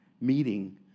meeting